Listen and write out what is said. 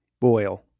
Boil